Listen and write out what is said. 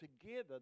Together